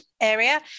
area